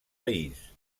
país